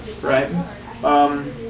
right